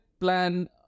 plan